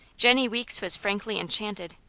jennie weeks was frankly enchanted.